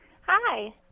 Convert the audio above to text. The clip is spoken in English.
Hi